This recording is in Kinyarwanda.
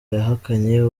yahakanye